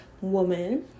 woman